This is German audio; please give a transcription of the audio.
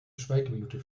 schweigeminute